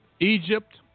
Egypt